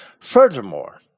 Furthermore